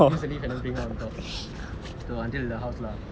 use the lift lah and then bring on top to until her house lah